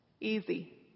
Easy